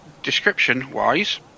Description-wise